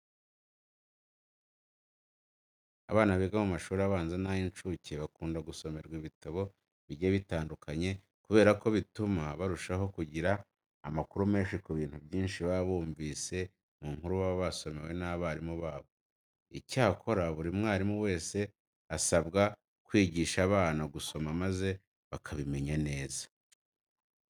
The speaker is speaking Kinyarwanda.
Abana biga mu mashuri abanza n'ay'incuke bakunda gusomerwa ibitabo bigiye bitandukanye kubera ko bituma barushaho kugira amakuru menshi ku bintu byinshi baba bumvise mu nkuru baba basomewe n'abarimu babo. Icyakora buri mwarimu wese asabwa kwigisha abana gusoma maze bakabimenya neza.